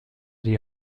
die